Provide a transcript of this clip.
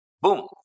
Boom